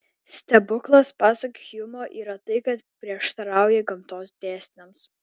stebuklas pasak hjumo yra tai kas prieštarauja gamtos dėsniams